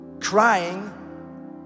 crying